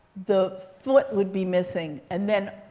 the foot would be missing. and then,